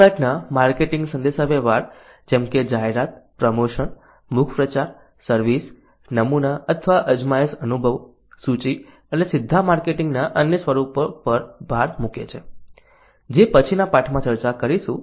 આ ઘટના માર્કેટિંગ સંદેશાવ્યવહાર જેમ કે જાહેરાત પ્રમોશન મુખ પ્રચાર સર્વિસ નમૂના અથવા અજમાયશ અનુભવો સૂચિ અને સીધા માર્કેટિંગના અન્ય સ્વરૂપો પર ભાર મૂકે છે જે પછીના પાઠમાં ચર્ચા કરીશું